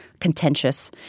contentious